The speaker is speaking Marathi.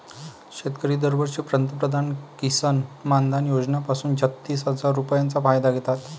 शेतकरी दरवर्षी पंतप्रधान किसन मानधन योजना पासून छत्तीस हजार रुपयांचा फायदा घेतात